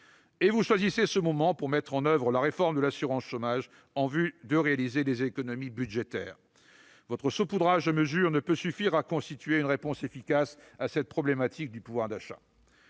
Or vous choisissez ce moment pour mettre en oeuvre la réforme de l'assurance chômage, en vue de réaliser des économies budgétaires ! Votre saupoudrage de mesures ne peut suffire à constituer une réponse efficace à la problématique du pouvoir d'achat.